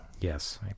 Yes